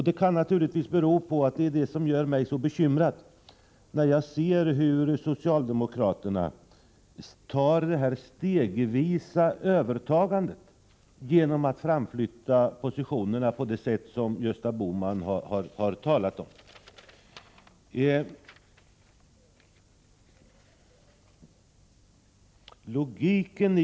Det är detta som gör mig så bekymrad, när jag ser hur socialdemokraterna genomför detta stegvisa övertagande genom att framflytta positionerna på det sätt som Gösta Bohman har talat om.